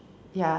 ya